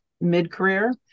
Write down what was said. mid-career